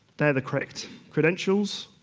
they're the correct credentials,